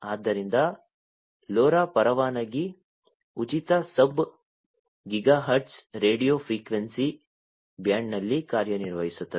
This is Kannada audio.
ಆದ್ದರಿಂದ LoRa ಪರವಾನಗಿ ಉಚಿತ ಸಬ್ ಗಿಗಾಹರ್ಟ್ಜ್ ರೇಡಿಯೊ ಫ್ರೀಕ್ವೆನ್ಸಿ ಬ್ಯಾಂಡ್ನಲ್ಲಿ ಕಾರ್ಯನಿರ್ವಹಿಸುತ್ತದೆ